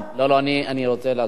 אני רוצה להסביר לך.